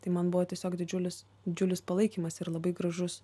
tai man buvo tiesiog didžiulis didžiulis palaikymas ir labai gražus